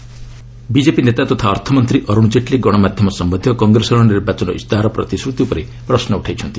Jaitley Congress BJP ନେତା ତଥା ଅର୍ଥ ମନ୍ତ୍ରୀ ଅରୁଣ ଜେଟଲୀ ଗଣମାଧ୍ୟମ ସମ୍ୟନ୍ଧୀୟ କଂଗ୍ରେସ ନିର୍ବାଚନ ଇସ୍ତାହାର ପ୍ରତିଶ୍ରତି ଉପରେ ପ୍ରଶ୍ନ ଉଠାଇଛନ୍ତି